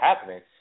happening